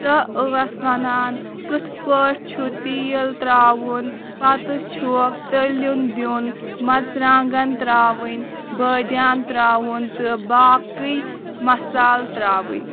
سۄ ٲس وَنان کتھ پٲٹھۍ چھُ تیٖل ترٛاوُن پَتہٕ چھُ تٔلیُٚن دِیُٚن مَرژٕوانٛگَن ترٛاوٕنۍ بٲدیان ترٛاوُن تہٕ باقٕے مسالہٕ ترٛاوٕنۍ